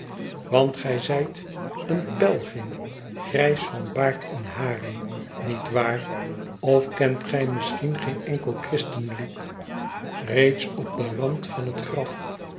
want gij zijt een pelgrim grijs van baard en haren niet waar of kent gij misschien geen enkel christenlied reeds op den rand van t graf